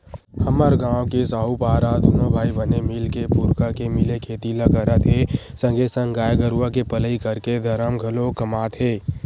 हमर गांव के साहूपारा दूनो भाई बने मिलके पुरखा के मिले खेती ल करत हे संगे संग गाय गरुवा के पलई करके धरम घलोक कमात हे